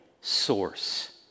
source